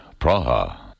Praha